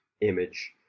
image